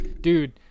dude